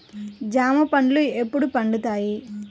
జామ పండ్లు ఎప్పుడు పండుతాయి?